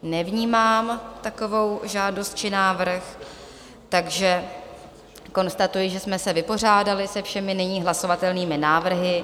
Nevnímám takovou žádost či návrh, takže konstatuji, že jsme se vypořádali se všemi nyní hlasovatelnými návrhy.